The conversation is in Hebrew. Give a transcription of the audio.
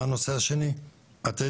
ומה הנושא השני בתעדוף?